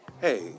Hey